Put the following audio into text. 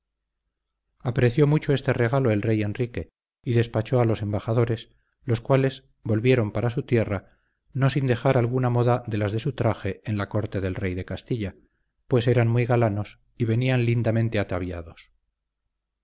apreció mucho este regalo el rey enrique y despachó a los embajadores los cuales volvieron para su tierra no sin dejar alguna moda de las de su traje en la corte del rey de castilla pues eran muy galanos y venían lindamente ataviados